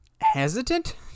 hesitant